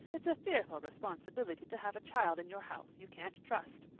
it's a fearful responsibility to have a child in your house you can't trust.